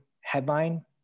headline